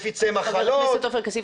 מפיצי מחלות --- (היו"ר מיכל וונש) חבר הכנסת עופר כסיף,